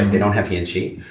and they don't have he and she,